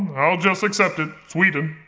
i'll just accept it. sweden.